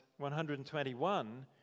121